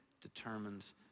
determines